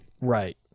Right